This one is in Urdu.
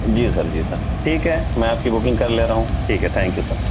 جی سر جی سر ٹھیک ہے میں آپ کی بکنگ کر لے رہا ہوں ٹھیک ہے تھینک یو سر